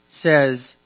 says